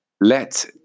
Let